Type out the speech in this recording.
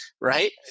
right